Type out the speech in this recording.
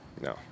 No